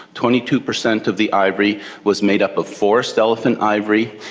twenty two percent of the ivory was made up of forest elephant ivory,